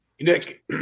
Nick